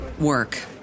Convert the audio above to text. work